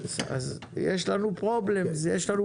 אז יש לנו בעיות.